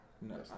no